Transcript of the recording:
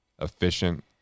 efficient